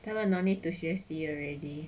他们 no need to 学习 already